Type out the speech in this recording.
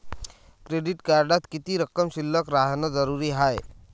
Credit कार्डात किती रक्कम शिल्लक राहानं जरुरी हाय?